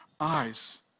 eyes